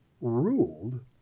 ruled